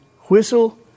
whistle